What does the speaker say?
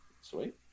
Sweet